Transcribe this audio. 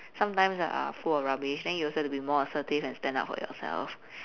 sometimes are full of rubbish then you also have to be more assertive and stand up for yourself